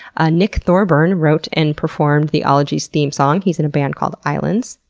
ah nick thorburn wrote and performed the ologies theme song. he's in a band called islands.